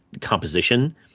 composition